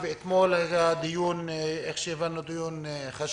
שמענו שיש דיבורים על